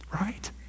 Right